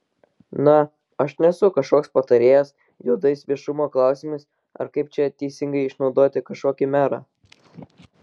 na aš nesu kažkoks patarėjas juodais viešumo klausimais ar kaip čia teisingai išnaudoti kažkokį merą